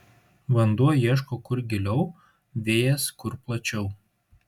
vanduo ieško kur giliau vėjas kur plačiau